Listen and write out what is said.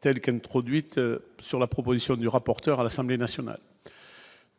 telles qu'introduites sur la proposition du rapporteur à l'Assemblée nationale,